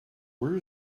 where